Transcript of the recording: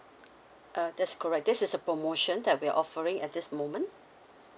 uh that's correct this is a promotion that we are offering at this moment